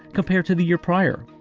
compared to the year prior.